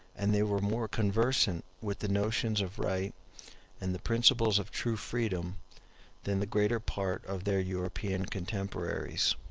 and they were more conversant with the notions of right and the principles of true freedom than the greater part of their european contemporaries.